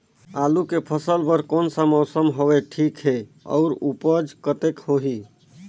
आलू के फसल बर कोन सा मौसम हवे ठीक हे अउर ऊपज कतेक होही?